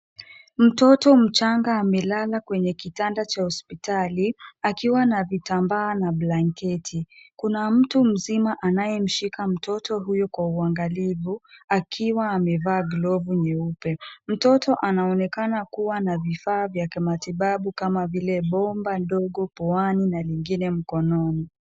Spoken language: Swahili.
Mtoto mchanga amelala kwenye kitanda cha hospitali akiwa na vitambaa na blanketi. Kuna mtu mzima anayemshika mtoto huyu kwa uangalivu akiwa amevaa glovu nyeupe. Mtoto anaonekana kuwa na vifaa vya kimatibabu kama vile bomba ndogo puani na lingine mkononi.